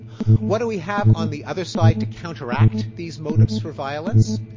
what do we have on the other side to counteract these motives for violence?